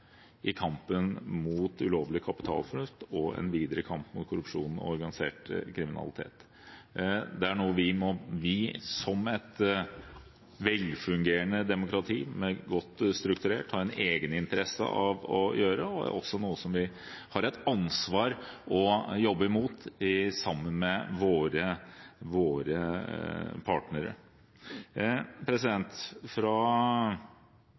i kampen mot ulovlig kapitalflukt og en videre kamp mot korrupsjon og organisert kriminalitet. Det er noe vi som et velfungerende demokrati som er godt strukturert, har en egeninteresse av å gjøre, og er også noe som vi har et ansvar for å jobbe imot, sammen med våre partnere. Fra